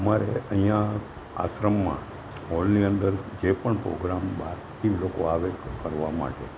અમારે અહીં આશ્રમમાં હૉલની અંદર જે પણ પ્રોગ્રામ બહારથી લોકો આવે કરવા માટે